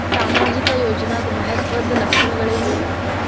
ಸಾಮಾಜಿಕ ಯೋಜನಾದ ಮಹತ್ವದ್ದ ಲಕ್ಷಣಗಳೇನು?